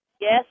Yes